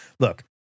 Look